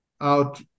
out